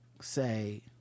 say